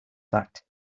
fact